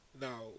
Now